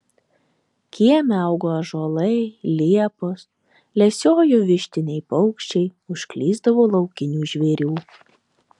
kieme augo ąžuolai liepos lesiojo vištiniai paukščiai užklysdavo laukinių žvėrių